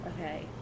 Okay